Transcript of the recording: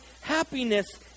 happiness